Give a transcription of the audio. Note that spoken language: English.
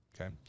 Okay